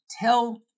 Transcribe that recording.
tell